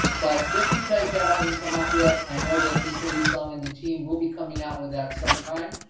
but just because that hasn't come out yet, i know that mr. lee-sung and the team will be coming out with that some time.